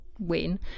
win